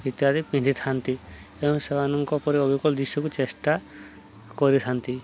ଇତ୍ୟାଦି ପିନ୍ଧିଥାନ୍ତି ଏବଂ ସେମାନଙ୍କ ପରି ଅବିକଳ ଦିଶିବାକୁ ଚେଷ୍ଟା କରିଥାନ୍ତି